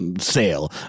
sale